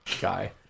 guy